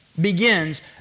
begins